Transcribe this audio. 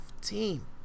team